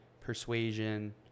persuasion